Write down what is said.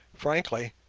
frankly,